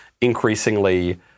increasingly